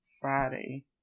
Friday